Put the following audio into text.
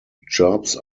jobs